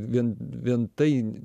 vien vien tai